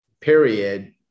period